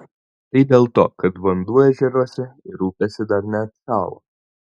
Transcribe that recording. tai dėl to kad vanduo ežeruose ir upėse dar neatšalo